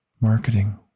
marketing